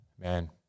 man